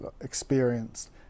experienced